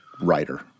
writer